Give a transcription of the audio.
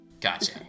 Gotcha